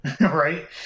right